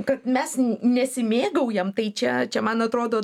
kad mes nesimėgaujam tai čia čia man atrodo